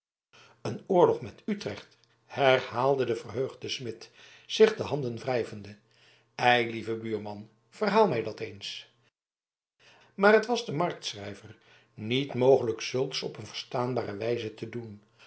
een oorlog met utrecht herhaalde de verheugde smid zich de handen wrijvende eilieve buurman verhaal mij dat eens maar het was den marktschrijver niet mogelijk zulks op een verstaanbare wijze te doen